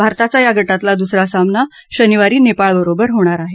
भारताचा या गटातला दुसरा सामना शनिवारी नेपाळबरोबर होणार आहे